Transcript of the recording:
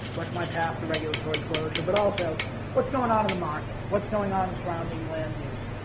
what's my path to regulatory closure? but also what's going on in the market? what's going on surrounding land use?